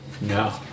No